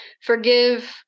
Forgive